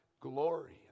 glory